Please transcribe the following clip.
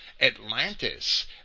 Atlantis